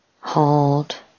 hold